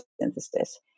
synthesis